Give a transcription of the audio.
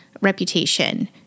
reputation